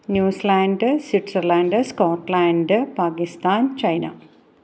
New Zealand Switzerland Scotland Pakistan China